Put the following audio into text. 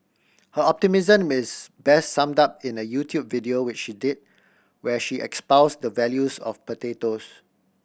her optimism is best summed up in a YouTube video which she did where she espouse the of potatoes